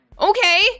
Okay